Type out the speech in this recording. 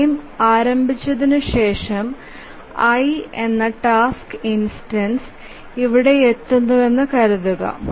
frame ആരംഭിച്ചതിനുശേഷം i എന്ന task instance ഇവിടെയെത്തുന്നുവെന്ന് കരുതുക